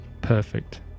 Perfect